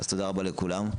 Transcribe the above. תודה רבה לכולם.